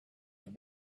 have